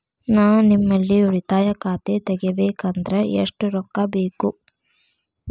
ನಾ ನಿಮ್ಮಲ್ಲಿ ಉಳಿತಾಯ ಖಾತೆ ತೆಗಿಬೇಕಂದ್ರ ಎಷ್ಟು ರೊಕ್ಕ ಬೇಕು?